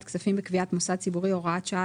הכספים בקביעת מוסד ציבורי) (הוראת שעה),